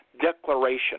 declaration